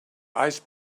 ice